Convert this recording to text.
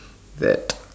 that